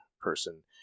person